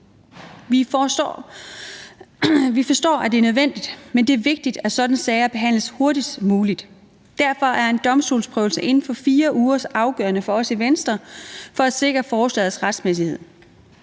Vi forstår, at det er nødvendigt, men det er vigtigt, at sådanne sager behandles hurtigst muligt. Derfor er en domstolsprøvelse inden for 4 uger afgørende for os i Venstre for at sikre forslagets retsmæssighed.